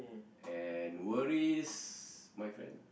and worries my friend